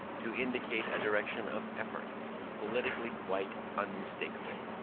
to indicate a direction of effort politically quite unmistakable?